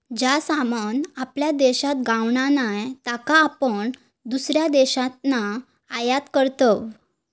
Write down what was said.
जा सामान आपल्या देशात गावणा नाय त्याका आपण दुसऱ्या देशातना आयात करतव